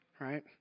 right